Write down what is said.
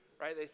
right